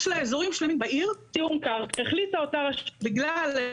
יש לה אזורים שלמים בעיר (הפרעות בשידור הזום)